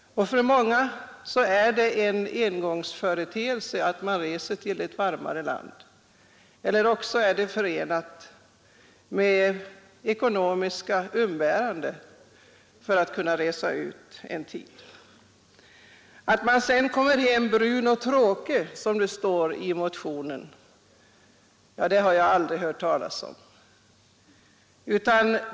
För många är det en engångsföreteelse att resa till ett varmare land eller också är det förenat med ekonomiska uppoffringar att kunna resa bort en tid. Att man sedan kommer hem brun och tråkig, som det står i motionen, har jag aldrig hört talas om.